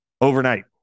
overnight